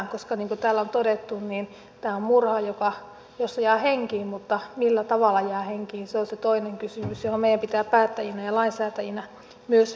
niin kuin täällä on todettu tämä on murha jossa jää henkiin mutta millä tavalla jää henkiin se on se toinen kysymys johon meidän pitää päättäjinä ja lainsäätäjinä myös vastata